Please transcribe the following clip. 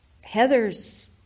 Heather's